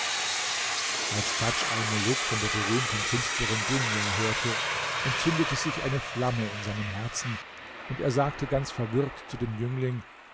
als tadj almuluk von der berühmten künstlerin dunia hörte entzündete sich eine flamme in seinem herzen und er sagte ganz verwirrt zu dem jüngling